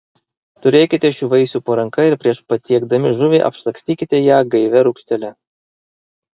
turėkite šių vaisių po ranka ir prieš patiekdami žuvį apšlakstykite ją gaivia rūgštele